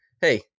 hey